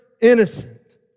innocent